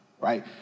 right